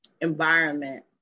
environment